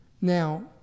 Now